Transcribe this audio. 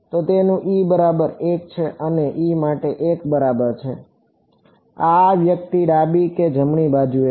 તો તેનું e બરાબર 1 છે અને e માટે 1 બરાબર છે કે આ વ્યક્તિ ડાબી કે જમણી બાજુએ છે